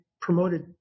promoted